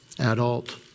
adult